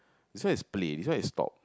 this one is play this one is stop